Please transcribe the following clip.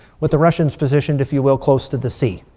with the russians positioned, if you will, close to the sea.